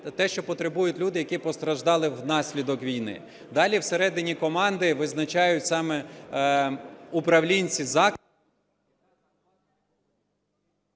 те, чого потребують люди, які постраждали внаслідок війни. Далі, всередині команди визначають саме управлінці…